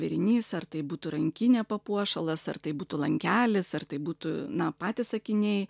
vėrinys ar tai būtų rankinė papuošalas ar tai būtų lankelis ar tai būtų na patys akiniai